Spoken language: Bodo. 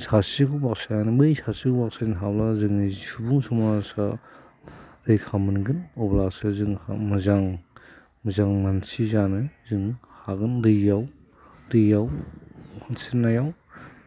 सासेखौ बासायनानै बै सासेखौ बासायनो हाब्ला जोंनि सुबुं समाजा रैखा मोनगोन अब्लासो जोंहा मोजां जों मानसि जानो जों हागोन दैयाव दैयाव सानस्रिनायाव